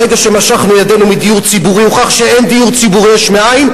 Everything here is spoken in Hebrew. ברגע שמשכנו ידנו מדיור ציבורי הוכח שאין דיור ציבורי יש מאין,